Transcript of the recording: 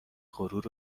غرور